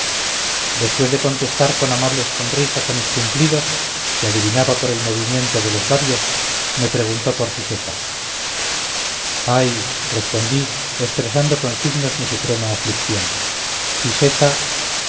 después de contestar con amables sonrisas a mis cumplidos que adivinaba por el movimiento de los labios me preguntó por siseta ay respondí expresando con signos mi suprema aflicción siseta